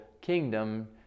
kingdom